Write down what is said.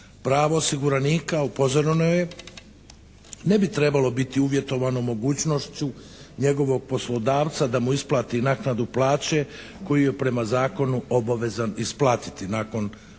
Pravo osiguranika upozoreno je ne bi trebalo biti uvjetovano mogućnošću njegovog poslodavca da mu isplati naknadu plaće koju je prema zakonu obavezan isplatiti. Nakon rasprave